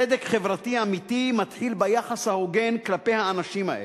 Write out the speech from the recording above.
צדק חברתי אמיתי מתחיל ביחס ההוגן כלפי האנשים האלה.